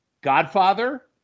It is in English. Godfather